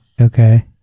Okay